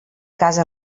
casa